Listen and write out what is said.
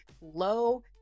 low